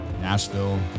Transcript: Nashville